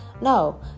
No